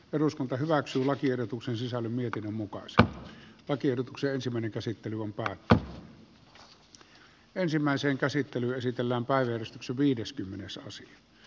eduskunta hyväksyi lakiehdotuksen sisälmiä kedon ja ettei se huonossa tapauksessa heikentäisi loppujen lopuksi niitten palveluitten saatavuutta